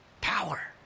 Power